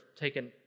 taken